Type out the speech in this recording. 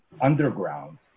underground